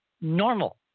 normal